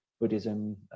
Buddhism